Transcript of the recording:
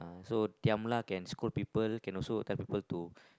so diam lah can scold people can also attempt people to